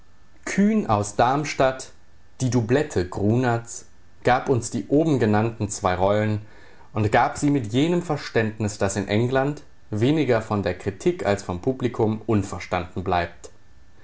kühn aus darmstadt die doublette grunerts gab uns die obengenannten zwei rollen und gab sie mit jenem verständnis das in england weniger von der kritik als vom publikum unverstanden bleibt